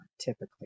typically